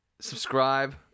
Subscribe